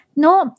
no